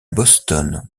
boston